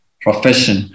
profession